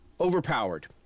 overpowered